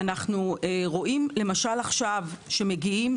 אנחנו רואים שמגיעים עכשיו,